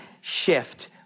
shift